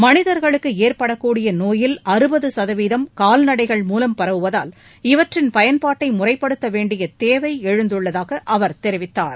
மனிதர்களுக்குஏற்படக்கூடியநோயில் அறுபதுசதவீதம் கால்நடைகள் மூலம் பரவுவதால் இவற்றின் பயன்பாட்டைமுறைப்படுத்தவேண்டியதேவைஎழுந்துள்ளதாகஅவர் தெரிவித்தார்